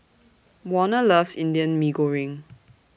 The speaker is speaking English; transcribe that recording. Warner loves Indian Mee Goreng